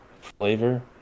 flavor